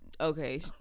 okay